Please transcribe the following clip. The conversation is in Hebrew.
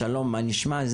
'שלום מה נשמע,